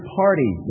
party